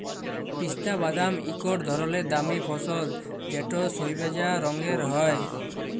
পিস্তা বাদাম ইকট ধরলের দামি ফসল যেট সইবজা রঙের হ্যয়